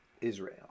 israel